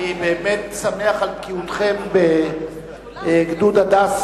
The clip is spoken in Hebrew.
אני באמת שמח על בקיאותכם בגדוד "הדס",